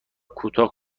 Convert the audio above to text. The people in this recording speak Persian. کوتاه